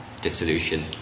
dissolution